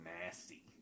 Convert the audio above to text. nasty